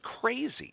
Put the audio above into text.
crazy